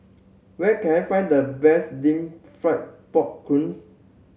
where can I find the best deep fried pork